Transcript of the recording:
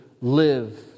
live